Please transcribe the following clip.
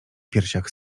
piersiach